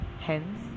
Hence